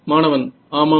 மாணவன் ஆமாம்